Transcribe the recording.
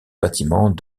bâtiments